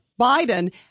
Biden